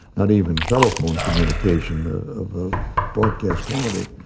not even telephone communication of of broadcast quality.